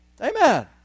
Amen